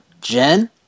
Jen